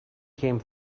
came